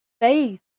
faith